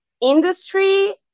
industry